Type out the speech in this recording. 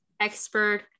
expert